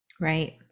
Right